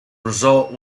result